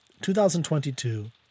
2022